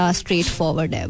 straightforward